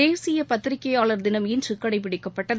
தேசியபத்திரிகையாளர் தினம் இன்றுகடைபிடிக்கப்படுகிறது